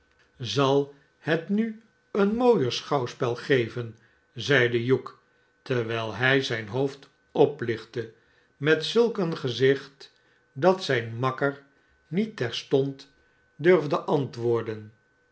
zal het nu een mooier schouwspel geven zeide hugh terwijl hij zijn hoofd oplichtte met zulk een gezicht dat zijn anakker niet terstond durfde antwoorden